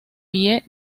pie